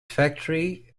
factory